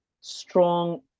strong